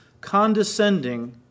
condescending